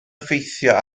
effeithio